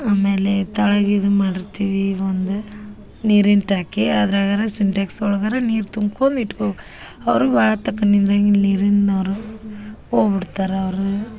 ಆಮೇಲೆ ತಳಗ್ ಇದು ಮಾಡಿರ್ತೀವಿ ಒಂದು ನೀರಿಂದು ಟ್ಯಾಕಿ ಅದ್ರಗಾರೂ ಸಿಂಟೆಕ್ಸ್ ಒಳಗಾರೂ ನೀರು ತುಂಬ್ಕೊಂಡ್ ಇಟ್ಟುಕೋ ಅವರೂ ಭಾಳತಕ ನಿಂದ್ರಂಗಿಲ್ಲ ನೀರಿನ ಅವರು ಹೋಗ್ಬಿಡ್ತಾರೆ ಅವ್ರು